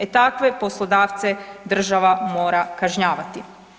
E takve poslodavce država mora kažnjavati.